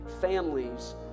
families